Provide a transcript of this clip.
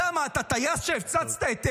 אתה, מה אתה, טייס שהפציץ את נסראללה?